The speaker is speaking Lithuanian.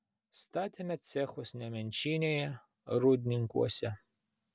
statėme cechus nemenčinėje rūdninkuose